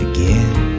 Again